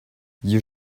you